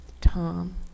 Tom